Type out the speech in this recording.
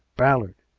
ballard!